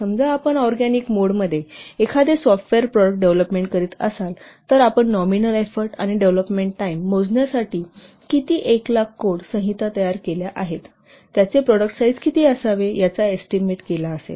समजा आपण organic mode मध्ये एखादे सॉफ्टवेअर प्रॉडक्ट डेव्हलोपमेंट करीत असाल तर आपण नॉमिनल एफोर्ट आणि डेव्हलोपमेंट टाईम मोजण्यासाठी 1 लाख कोड संहिता तयार केल्या आहेत त्याचे प्रॉडक्ट साईज किती असावे याचा एस्टीमेट केला असेल